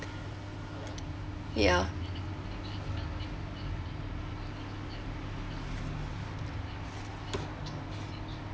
ya